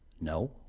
no